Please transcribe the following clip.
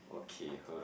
okay hold on